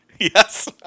Yes